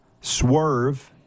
swerve